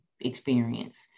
experience